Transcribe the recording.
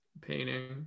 Painting